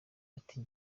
ati